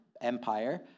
Empire